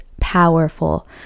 powerful